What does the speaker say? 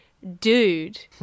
Dude